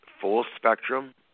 full-spectrum